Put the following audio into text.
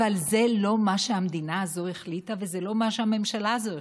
אבל זה לא מה שהמדינה הזאת החליטה וזה לא מה שהממשלה הזאת החליטה.